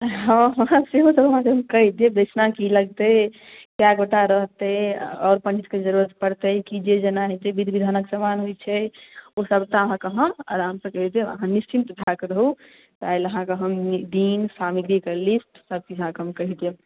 हँ हँ सेहो तऽ हम अहाँकेँ कहि देब दक्षिणा की लगतै कए गोटा रहतै आओर पण्डितके जरूरत पड़तै कि जे जेना हेतै विधि विधानक सामान होइ छै ओ सभटा अहाँकेँ हम आरामसँ कहि देब अहाँ निश्चिंत भए कऽ रहू काल्हि अहाँकेँ हम दिन सामग्रीके लिस्ट सभकिछु अहाँकेँ हम कहि देब